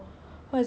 then 然后